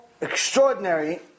extraordinary